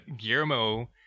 Guillermo